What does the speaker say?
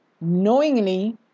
knowingly